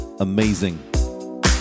amazing